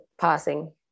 passing